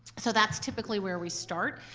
so that's typically where we start,